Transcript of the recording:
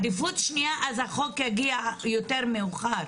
בעדיפות שנייה אז החוק יגיע יותר מאוחר.